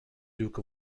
duke